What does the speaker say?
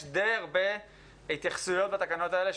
יש די הרבה התייחסויות בתקנות האלה,